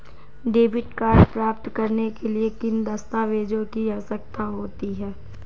Debit card प्राप्त करने के लिए किन दस्तावेज़ों की आवश्यकता होती है?